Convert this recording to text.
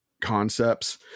concepts